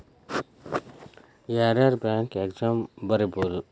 ಯಾರ್ಯಾರ್ bank exam ಬರಿಬೋದು